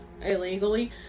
illegally